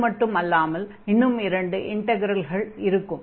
இது மட்டும் அல்லாமல் இன்னும் இரண்டு இன்டக்ரல்கள் இருக்கும்